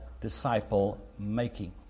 disciple-making